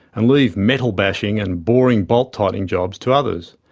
and leave metal bashing and boring, bolt tightening jobs to others.